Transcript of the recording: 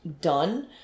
done